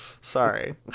Sorry